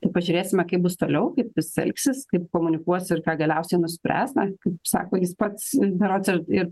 tad pažiūrėsime kaip bus toliau kaip jis elgsis kaip komunikuos ir ką galiausiai nuspręs na kaip sako jis pats berods ir ir